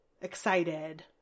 excited